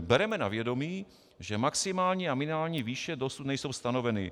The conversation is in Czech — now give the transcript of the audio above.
Bereme na vědomí, že maximální a minimální výše dosud nejsou stanoveny.